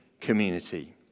community